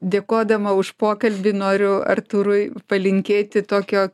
dėkodama už pokalbį noriu artūrui palinkėti tokio